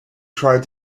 tried